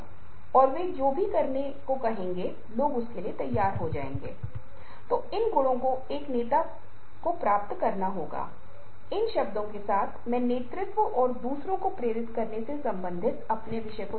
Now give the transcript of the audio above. लेकिन जैसा कि मैंने आपको बताया कि समय कम है इसलिए हम इन चित्रों का विस्तृत विश्लेषण नहीं करेंगे और हम यहां रुकेंगे और हम आगे के स्लाइड्स में चेहरे के भावों पर ध्यान देंगे